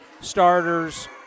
starters